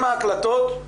עם ההקלטות.